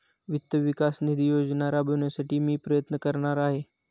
वित्त विकास निधी योजना राबविण्यासाठी मी प्रयत्न करणार आहे